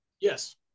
Yes